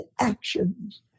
actions